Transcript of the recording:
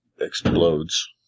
explodes